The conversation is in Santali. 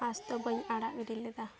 ᱟᱥ ᱫᱚ ᱵᱟᱹᱧ ᱟᱲᱟᱜ ᱤᱫᱤ ᱞᱮᱫᱟ